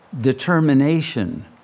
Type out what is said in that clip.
determination